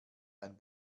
ein